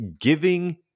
giving